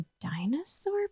dinosaur